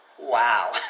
Wow